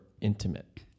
intimate